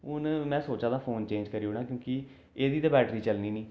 हून में सोचां दा फोन चेंज करी ओड़ां कि एह्दी ते बैटरी चलनी निं